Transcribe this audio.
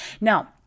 now